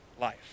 life